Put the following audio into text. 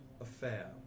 affair